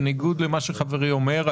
בניגוד למה שחברי אומר,